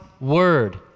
word